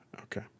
Okay